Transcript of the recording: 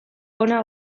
ona